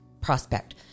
prospect